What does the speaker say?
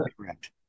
correct